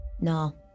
No